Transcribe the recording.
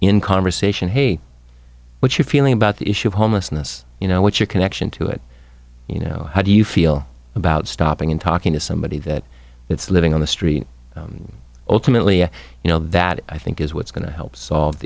in conversation hey what's your feeling about the issue of homelessness you know what your connection to it you know how do you feel about stopping in talking to somebody that it's living on the street ultimately you know that i think is what's going to help solve